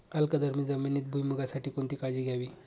अल्कधर्मी जमिनीत भुईमूगासाठी कोणती काळजी घ्यावी?